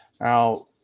Now